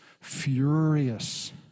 furious